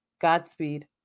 Godspeed